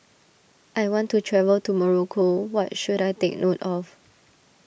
I want to travel to Morocco what should I take note of